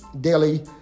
daily